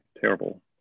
Terrible